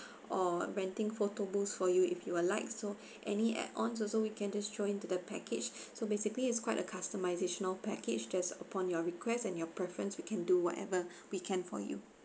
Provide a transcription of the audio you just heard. or renting photo booths for you if you are like so any add on also we can just throw into the package so basically it's quite a customization packaged just upon your request and your preference we can do whatever we can for you